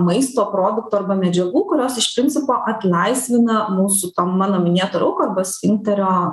maisto produktų arba medžiagų kurios iš principo atlaisvina mūsų tą mano minėtą rauką arba sfinkterio